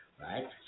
Right